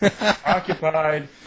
Occupied